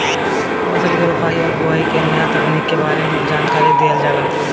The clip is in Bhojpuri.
फसल के रोपाई और बोआई के नया तकनीकी के बारे में जानकारी देहल जाला